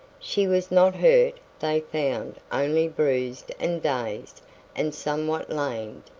she was not hurt, they found, only bruised and dazed and somewhat lamed.